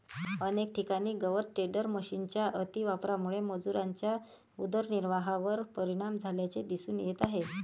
अनेक ठिकाणी गवत टेडर मशिनच्या अतिवापरामुळे मजुरांच्या उदरनिर्वाहावर परिणाम झाल्याचे दिसून येत आहे